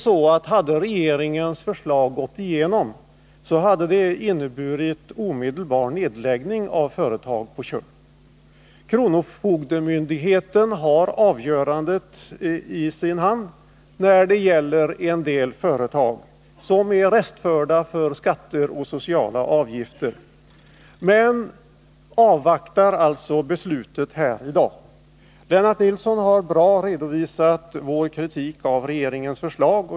Om regeringens förslag hade gått igenom, hade det inneburit omedelbar nedläggning av företag på Tjörn. Kronofogdemyndigheten har avgörandet i sin hand när det gäller en del företag som är restförda för skatter och sociala avgifter. Men kronofogdemyndigheten avvaktar alltså beslutet här i dag. Lennart Nilsson har på ett bra sätt redovisat vår kritik mot regeringens förslag.